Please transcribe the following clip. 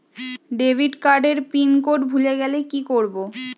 Debit card এর pin code ভুলে গেলে কি করব?